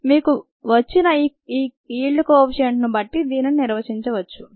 మీకు వచ్చిన yield coefficient ను బట్టి దీనిని నిర్వచించవచ్చు